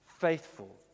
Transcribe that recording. faithful